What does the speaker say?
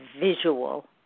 visual